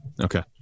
Okay